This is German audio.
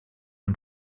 und